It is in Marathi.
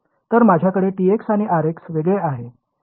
तर माझ्याकडे Tx आणि Rx वेगळे आहेत